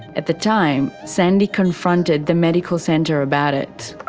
at the time, sandy confronted the medical centre about it.